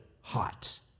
hot